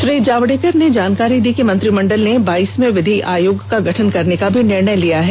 श्री जावडेकर ने जानकारी दी कि मंत्रिमंडल ने बाइसवें विधि आयोग का गठन करने का भी निर्णय लिया है